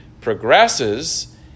progresses